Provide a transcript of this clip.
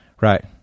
Right